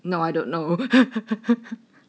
no I don't know